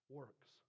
works